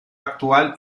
actual